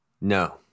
No